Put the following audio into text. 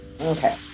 Okay